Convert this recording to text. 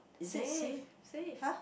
safe safe